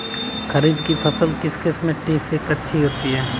खरीफ की फसल किस मिट्टी में अच्छी होती है?